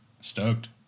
Stoked